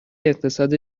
اقتصاد